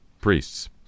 priests